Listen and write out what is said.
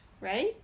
right